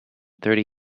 thirty